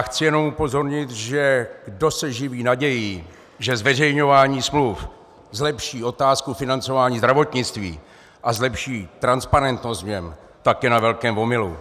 Chci jenom upozornit, že kdo se živí nadějí, že zveřejňování smluv zlepší otázku financování zdravotnictví a zlepší transparentnost v něm, tak je na velkém omylu.